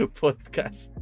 podcast